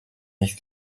nicht